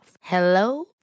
Hello